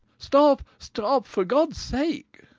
stop! stop! for god's sake!